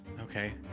Okay